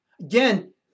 Again